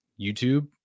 youtube